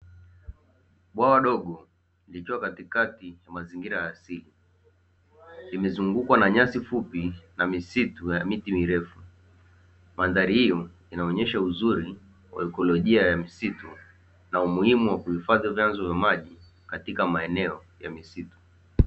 Bwawa dogo likiwa katikati, ya mazingira ya asili, limezungukwa na nyasi fupi, na misitu ya miti mirefu, mandhari hiyo inaonyesha uzuri, wa ikolojia ya misitu, na umuhimu wa kuhifadhi vyanzo vya maji katika maeneo ya misitu.